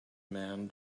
man